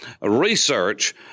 research